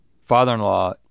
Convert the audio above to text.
father-in-law